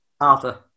Arthur